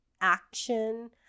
action